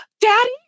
Daddy